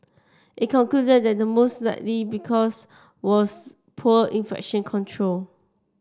it concluded that the most likely because was poor infection control